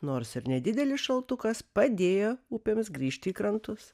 nors ir nedidelis šaltukas padėjo upėms grįžti į krantus